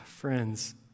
Friends